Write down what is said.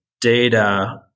data